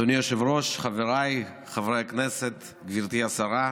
אדוני היושב-ראש, חבריי חברי הכנסת, גברתי השרה,